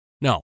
No